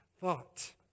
thought